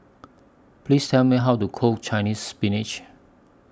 Please Tell Me How to Cook Chinese Spinach